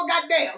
goddamn